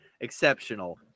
exceptional